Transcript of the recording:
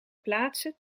plaatse